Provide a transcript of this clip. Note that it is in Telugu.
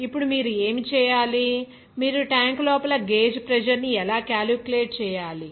ఇప్పుడు మీరు ఏమి చేయాలి మీరు ట్యాంక్ లోపల గేజ్ ప్రెజర్ ని క్యాలిక్యులేట్ చేయాలి